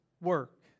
work